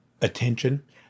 attention